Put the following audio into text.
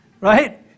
Right